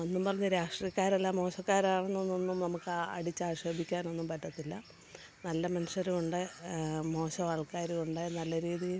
എന്നും പറഞ്ഞ് രാഷ്ട്രീയക്കാരെല്ലാം മോശക്കാരാവുന്നൂന്നൊന്നും നമുക്ക് അടിച്ചാക്ഷേപിക്കാനൊന്നും പറ്റത്തില്ല നല്ല മനുഷ്യരുമുണ്ട് മോശം ആൾക്കാരുമുണ്ട് നല്ല രീതി